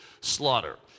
slaughter